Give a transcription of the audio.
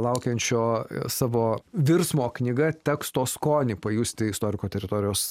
laukiančio savo virsmo knyga teksto skonį pajusti istoriko teritorijos